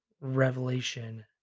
revelation